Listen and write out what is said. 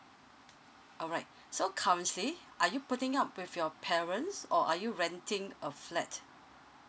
alright so currently are you putting up with your parents or are you renting a flat